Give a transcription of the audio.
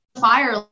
fire